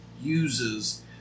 uses